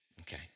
Okay